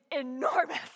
enormous